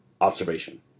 observation